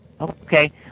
Okay